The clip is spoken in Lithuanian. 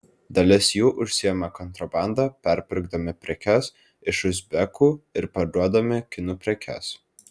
dalis jų užsiima kontrabanda perpirkdami prekes iš uzbekų ir parduodami kinų prekes